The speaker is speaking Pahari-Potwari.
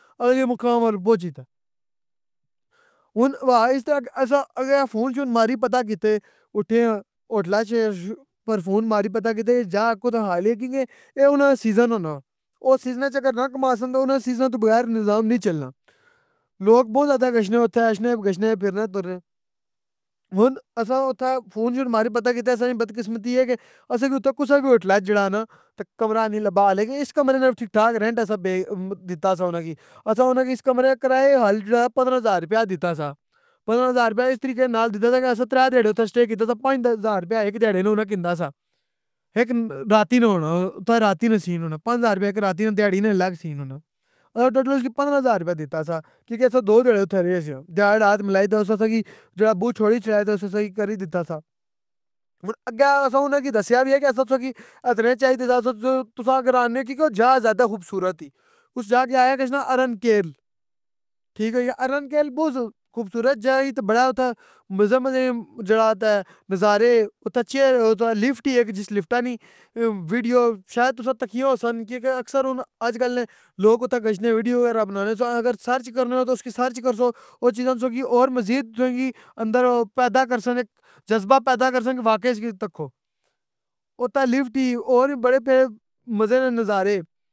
اساں ہن ہوا اِس طرح کہ اساں اگلے ناں فون شون ماری پتہ کیتے اٹھے آں ہوٹلاں اچ پر فون ماری پتہ کیتے اِس جگہ کتھاں اے اناں نہ سیزن ہونا۔ او سیزناں اچ اگر نا کما سن تہ اوناں نہ سیزناں توں بغیر نظام نی چلنا۔ لوگ بہت زیادہ گشنے اوتھے اشنے گشنے پھرنے ترنے۔ ہن اساں اوتھے فون شون ماری پتہ کیتا اساں نی بدقسمتی اے کہ اسی کی اتھے کسا کی ہوٹلا اچ جیڑا ہے نہ تہ کمرہ نی لبّا۔ لیکن اس کمرے نہ بھی ٹھیک ٹاک رینٹ اساں دیتا سا اناں کی۔ اساں انہاں کی اس کمرہ کرائے حل جیڑا پندرہ ہزار رپیہ دیتا سا۔ پندرہ ہزار رپیہ اس طریقے نال دیتا تھا کہ اساں ترے دیھاڑے اوتھے سٹے کیتا سا، پانچ ہزار رپیہ ایک دیھاڑے نہ اناں کیندا سا۔ ایک راتی نہ ہونا، او اوتھے راتی نہ سین ہونا۔ پانچ ہزار رپیہ ایک راتی نے دیھاڑی نہ الگ سین ہونا۔ اساں ٹوٹل اُسکی پندرہ ہزار روپیہ دیتا سہ، کیونکہ اساں دو دیھاڑے اوتھاںرئے آں سیاں۔ دیھاڑ رات ملائ تہ اُس اساں کی جیڑا بو چھوڑی چڑھائے تہ اُس اساں کی کری دیتا سا۔ ہن اگہ اساں اناں کی دسیعا وی اے کہ اساں تُساں کی اتنے چائدے ساں۔ اساں تُساں جگہ زیادہ خوبصورت ای۔ اس جاگ کی آخیا گشنہ ارن کیل۔ ٹھیک ہوئ گیا ارن کیل بہت خوبصورت جگہ ای تہ بڑا اتھے مزے مزے نی جڑا اوتھا نظارے اتھے چیراتھے لفٹ ای ایک جس لفٹا نی ویڈیو شاید تُساں تکیاں ہوسن کیونکہ اکثر ہن آج کل نے لوگ اتھے گشنے ویڈیو وغیرہ بنانے سہ۔ اگر سرچ کرنے نہ تو اس کی سرچ کرسواو چیزاں تُساں کی اور مزید اندر پیدا کرسن جذبہ پیدا کرسن کہ واقعی اس کی تکو۔ اوتھے لفٹ ای اور وی بڑے تہ مزے نے نظارے.